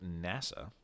NASA